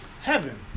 heaven